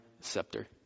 scepter